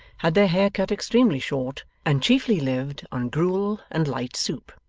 had their hair cut extremely short, and chiefly lived on gruel and light soup.